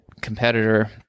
Competitor